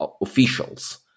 officials